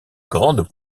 grande